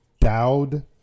Dowd